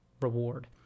reward